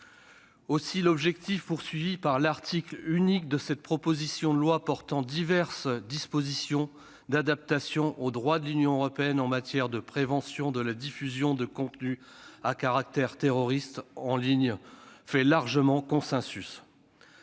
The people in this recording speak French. Aussi, l'objectif de l'article unique de la proposition de loi portant diverses dispositions d'adaptation au droit de l'Union européenne en matière de prévention de la diffusion de contenus à caractère terroriste en ligne fait largement consensus.